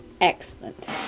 excellent